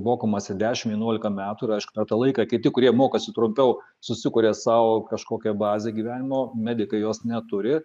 mokomasi dešim vienuolika metų ir aišku per tą laiką kiti kurie mokosi trumpiau susikuria sau kažkokią bazę gyvenimo medikai jos neturi